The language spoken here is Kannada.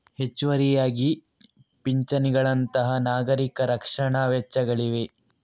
ಹೆಚ್ಚುವರಿಯಾಗಿ ಪಿಂಚಣಿಗಳಂತಹ ನಾಗರಿಕ ರಕ್ಷಣಾ ವೆಚ್ಚಗಳಿವೆ